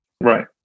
Right